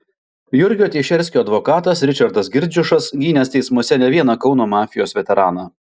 jurgio teišerskio advokatas ričardas girdziušas gynęs teismuose ne vieną kauno mafijos veteraną